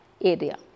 area